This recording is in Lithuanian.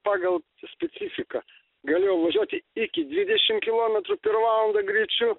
pagal specifiką galėjau važiuoti iki dvidešim kilometrų per valandą greičiu